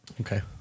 Okay